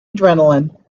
adrenaline